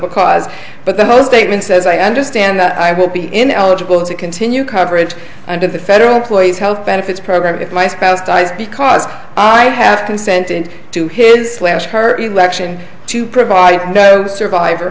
the cause but the whole statement says i understand that i will be ineligible to continue coverage under the federal employees health benefits program if my spouse dies because i have to sent him to his slash her election to provide survivor